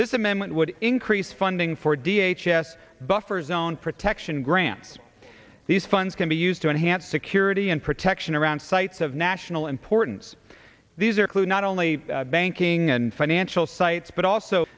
this amendment would increase funding for d h s buffer zone protection grants these funds can be used to enhance security and protection around sites of national importance these are clues not only banking and financial sites but also